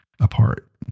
apart